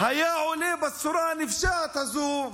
היה עולה בצורה הנפשעת הזו,